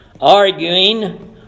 arguing